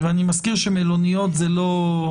אני מזכיר שהמלוניות זה כלי,